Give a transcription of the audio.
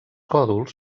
còdols